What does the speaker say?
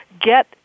get